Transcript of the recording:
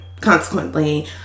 consequently